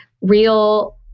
real